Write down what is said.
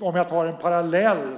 Om jag tar en parallell